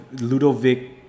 Ludovic